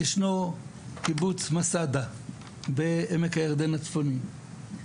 ישנו קיבוץ מסדה בעמק הירדן הצפוני.